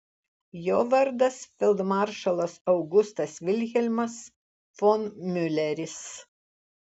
jo vardas feldmaršalas augustas vilhelmas von miuleris